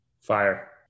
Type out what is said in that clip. fire